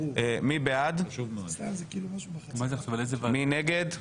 מי בעד ההרכב החדש, מי נגד?